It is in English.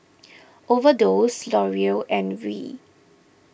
Overdose L'Oreal and Viu